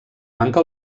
manca